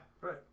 Right